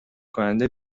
کننده